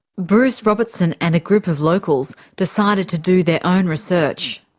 bruce robertson and a group of locals decided to do their own research.